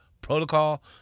protocol